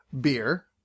Beer